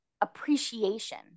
appreciation